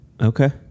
Okay